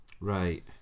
Right